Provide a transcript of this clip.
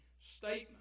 statement